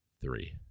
Three